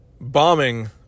bombing